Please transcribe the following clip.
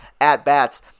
at-bats